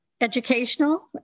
educational